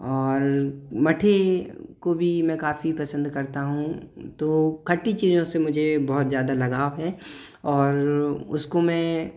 और मठी को भी मैं काफ़ी पसंद करता हूँ तो खट्टी चीज़ों से मुझे बहुत ज़्यादा लगाव है और उसको मैं